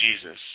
Jesus